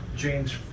James